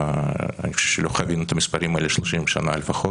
אני חושב שלא חווינו את המספרים האלה 30 שנה לפחות,